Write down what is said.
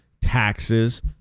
Taxes